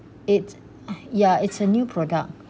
it's ya it's a new product